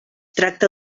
tracta